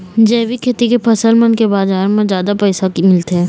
जैविक खेती के फसल मन के बाजार म जादा पैसा मिलथे